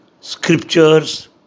scriptures